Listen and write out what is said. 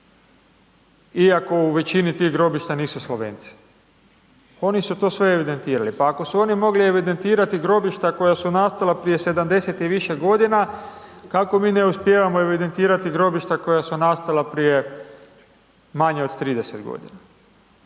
iako u većini tih grobišta nisu Slovenci. Oni su to sve evidentirali, pa ako su oni mogli evidentirati grobišta koja su nastala prije 70 i više godina, kako mi ne uspijevamo evidentirati grobišta koja su nastala prije manje od 30.g.?